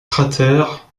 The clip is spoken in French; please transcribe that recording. cratères